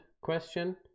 question